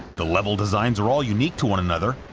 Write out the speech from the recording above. the level designs are all unique to one another,